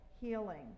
healing